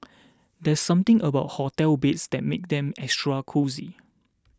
there's something about hotel beds that makes them extra cosy